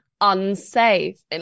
unsafe